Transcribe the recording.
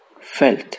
Felt